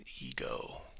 ego